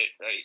right